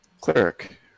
cleric